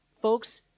Folks